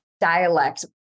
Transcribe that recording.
dialect